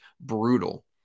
brutal